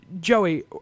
Joey